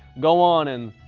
go on and.